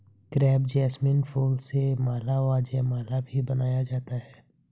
crepe jasmine फूल से माला व जयमाला भी बनाया जाता है